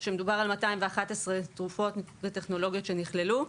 כאשר מדובר על 211 תרופות וטכנולוגיות שנכללו.